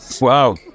Wow